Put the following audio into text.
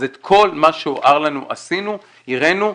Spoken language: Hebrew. אז את כל מה שהוער לנו עשינו, הראינו,